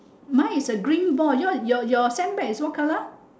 mine is a green ball your your your your sandbag is what colour